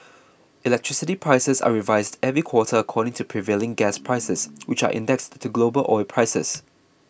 electricity prices are revised every quarter according to prevailing gas prices which are indexed to global oil prices